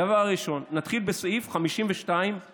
הדבר הראשון, נתחיל בסעיף 52א,